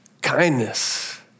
kindness